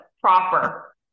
proper